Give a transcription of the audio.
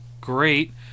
great